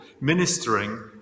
ministering